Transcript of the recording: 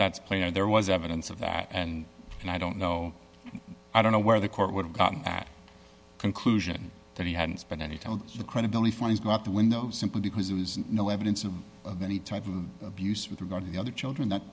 that's plain and there was evidence of that and and i don't know i don't know where the court would have gotten that conclusion that he hadn't been any told the credibility funds go out the window simply because there was no evidence of any type of abuse with regard to the other children that